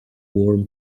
warm